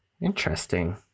interesting